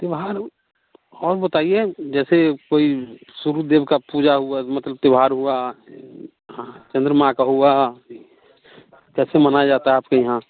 तो बाहर उ और बताइए जैसे कोई सूरज देव का पूजा हुआ मतलब त्यौहार हुआ हाँ चंद्रमा का हुआ कैसे मनाया जाता है आपके यहाँ